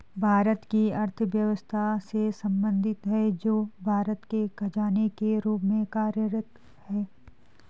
भारत की अर्थव्यवस्था से संबंधित है, जो भारत के खजाने के रूप में कार्यरत है